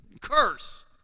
curse